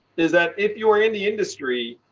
is that if you are in the industry,